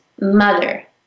mother